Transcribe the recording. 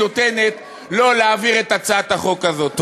נותנת לא להעביר את הצעת החוק הזאת.